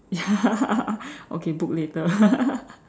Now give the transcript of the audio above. ya okay book later